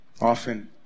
often